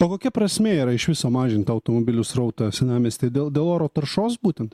o kokia prasmė yra iš viso mažint tą automobilių srautą senamiestyje dėl dėl oro taršos būtent